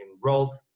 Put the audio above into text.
growth